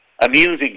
amusing